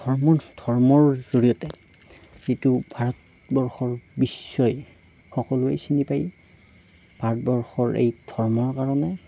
ধৰ্মৰ ধৰ্মৰ জৰিয়তে যিটো ভাৰতবৰ্ষৰ বিশ্বই সকলোৱেই চিনি পায় ভাৰতবৰ্ষৰ এই ধৰ্মৰ কাৰণে